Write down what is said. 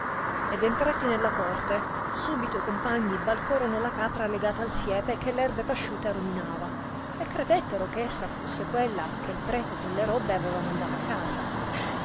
ed entrati nella corte subito i compagni balcorono la capra legata al siepe che l erbe pasciute ruminava e credettero che essa fusse quella che prete con le robbe aveva mandata a casa